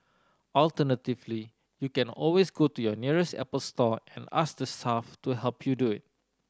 alternatively you can always go to your nearest Apple store and ask the staff to help you do it